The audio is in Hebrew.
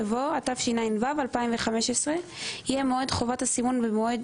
יבוא "התשע"ו-2015 - יהיה מועד חובת הסימון במועד